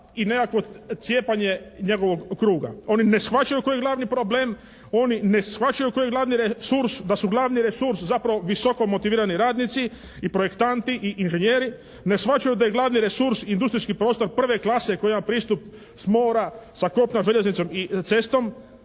i nekakvo cijepanje njegovog kruga. Oni ne shvaćaju koji je glavni problem. Oni ne shvaćaju koji je glavni resurs, da su glavni resurs zapravo visoko motivirani radnici i projektanti i inženjeri. Ne shvaćaju da je glavni resurs industrijski prostor prve klase koja ima pristup s mora, sa kopna, željeznicom i cestom.